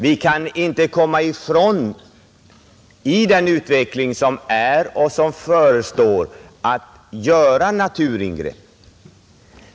Vi kan inte komma ifrån, i den utveckling som är och som förestår, att göra naturingrepp.